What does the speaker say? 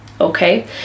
okay